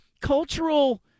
cultural